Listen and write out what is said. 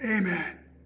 Amen